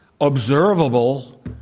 observable